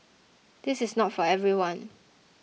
this is not for everyone